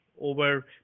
over